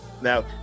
Now